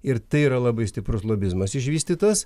ir tai yra labai stiprus lobizmas išvystytas